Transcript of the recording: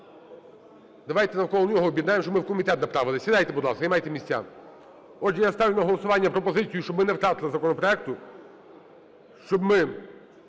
Давайте навколо нього об'єднаємо, щоб ми в комітет направили, сідайте, будь ласка, займайте місця. Отже, я ставлю на голосування пропозицію, щоб ми не втратили законопроекту, щоб ми